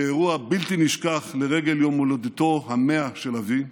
באירוע הבלתי-נשכח לרגל יום הולדתו ה-100 של אבי,